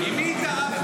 עם מי התערבת?